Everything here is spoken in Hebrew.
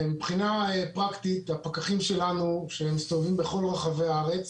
מבחינה פרקטית הפקחים שלנו שהם מסתובבים בכל רחבי הארץ,